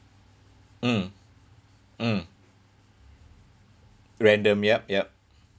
mm mm random yup yup